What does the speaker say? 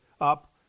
up